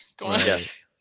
Yes